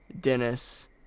Dennis